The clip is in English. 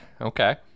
Okay